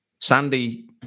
Sandy